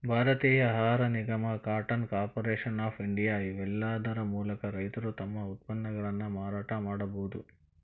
ಭಾರತೇಯ ಆಹಾರ ನಿಗಮ, ಕಾಟನ್ ಕಾರ್ಪೊರೇಷನ್ ಆಫ್ ಇಂಡಿಯಾ, ಇವೇಲ್ಲಾದರ ಮೂಲಕ ರೈತರು ತಮ್ಮ ಉತ್ಪನ್ನಗಳನ್ನ ಮಾರಾಟ ಮಾಡಬೋದು